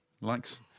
Likes